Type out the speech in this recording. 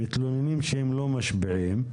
מתלוננים שהם לא משפיעים.